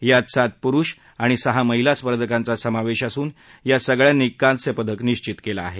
यात सात पुरुष आणि सहा महिला स्पर्धकांचा समावेश असून या सगळ्यांनी कांस्य पदक निश्वित केलं आहे